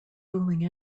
fooling